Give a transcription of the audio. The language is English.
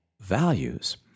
values